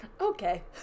Okay